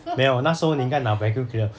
没有那时候你应该拿 vacuum cleaner